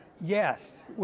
Yes